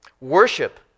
Worship